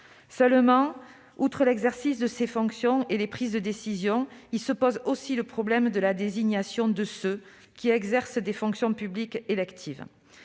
concitoyens. Outre l'exercice des fonctions et les prises de décision, se pose également le problème de la désignation de ceux qui exercent des fonctions publiques électives.